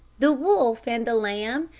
the wolf and the lamb,